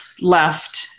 left